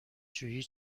شویی